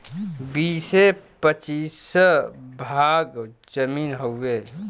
बीसे पचीस भाग जमीन हउवे